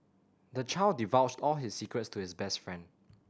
the child divulged all his secrets to his best friend